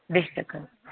بے شک حظ